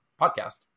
podcast